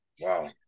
wow